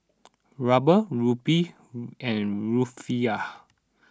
Ruble Rupee and Rufiyaa